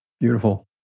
Beautiful